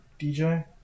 DJ